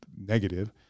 negative